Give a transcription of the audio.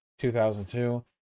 2002